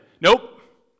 Nope